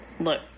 Look